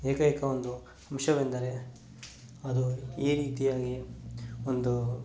ಏಕೈಕ ಒಂದು ಅಂಶವೆಂದರೆ ಅದು ಈ ರೀತಿಯಾಗಿ ಒಂದು